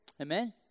Amen